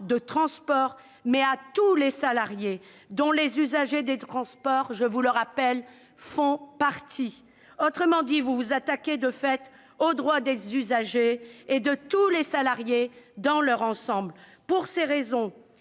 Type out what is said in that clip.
de transports mais à tous les salariés, dont les usagers des transports. Autrement dit, vous vous attaquez de fait aux droits des usagers et de tous les salariés dans leur ensemble. Pour ces raisons,